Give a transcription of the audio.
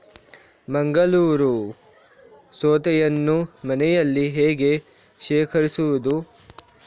ಮಂಗಳೂರು ಸೌತೆಯನ್ನು ಮನೆಯಲ್ಲಿ ಹೇಗೆ ಶೇಖರಿಸುವುದು?